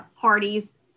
parties